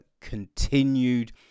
continued